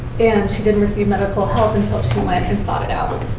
and she didn't receive medical help until she went and sought it out.